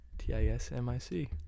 T-I-S-M-I-C